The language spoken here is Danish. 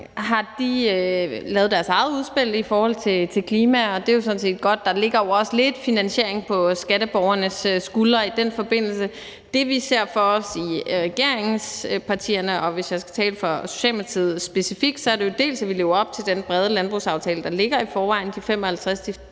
har de lavet deres eget udspil i forhold til klima, og det er jo sådan set godt. Der ligger jo også lidt finansiering på skatteborgernes skuldre i den forbindelse. Det, vi ser for os i regeringspartierne, og hvis jeg skal tale for Socialdemokratiet specifikt, er jo dels, at vi lever op til den brede landbrugsaftale, der ligger i forvejen, de 55 til